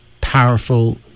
powerful